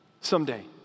someday